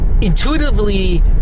intuitively